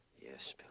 yes,